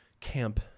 camp